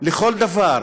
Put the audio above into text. לכל דבר,